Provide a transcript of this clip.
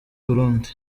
burundi